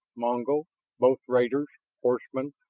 mongol both raiders, horsemen,